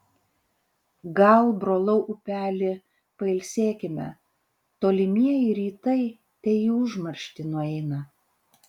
gal brolau upeli pailsėkime tolimieji rytai te į užmarštį nueina